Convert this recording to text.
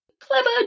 Clever